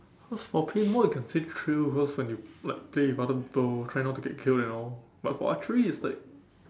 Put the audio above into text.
but for paintball you can say thrill because when you like play with other people try not to get killed and all but for archery it's like